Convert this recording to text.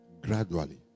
gradually